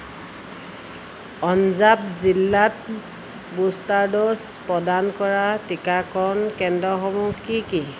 পঞ্জাৱ জিলাত booster doses প্ৰদান কৰা টিকাকৰণ কেন্দ্ৰসমূহ কি কি